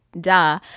Duh